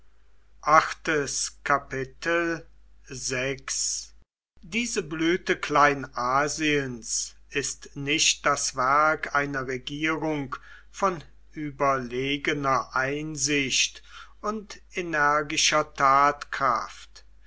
diese blüte kleinasiens ist nicht das werk einer regierung von überlegener einsicht und energischer tatkraft